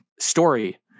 story